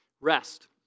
rest